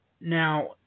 now